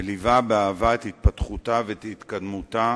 וליווה באהבה את התפתחותה ואת התקדמותה